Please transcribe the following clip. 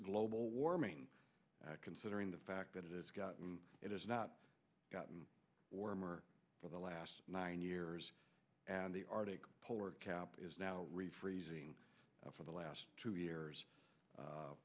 global warming considering the fact that it's gotten it has not gotten warmer for the last nine years and the arctic polar cap is now refreezing for the last two